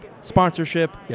sponsorship